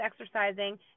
exercising